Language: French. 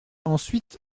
ensuite